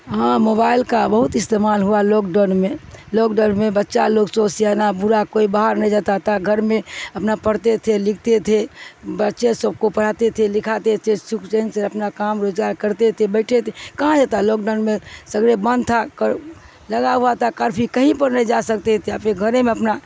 ہاں موبائل کا بہت استعمال ہوا لاک ڈاؤن میں لاک ڈاؤن میں بچہ لوگ سو سی آنا برا کوئی باہر نہیں جاتا تھا گھر میں اپنا پڑھتے تھے لکھتے تھے بچے سب کو پڑھاتے تھے لکھاتے تھے سکھ چین سے اپنا کام روز آر کرتے تھے بیٹھے تھے کہاں جاتا لاک ڈاؤن میں سگڑے بند تھا لگا ہوا تھا کرفیو کہیں پر نہیں جا سکتے تھے اپنے گھر ہی میں اپنا